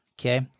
Okay